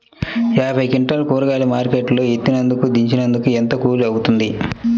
యాభై క్వింటాలు కూరగాయలు మార్కెట్ లో ఎత్తినందుకు, దించినందుకు ఏంత కూలి అవుతుంది?